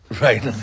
Right